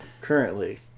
currently